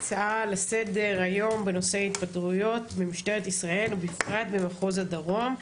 הצעה לסדר היום בנושא התפטרויות במשטרת ישראל ובפרט במחוז הדרום,